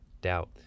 doubt